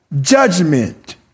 judgment